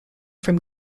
from